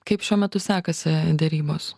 kaip šiuo metu sekasi derybos